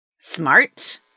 Smart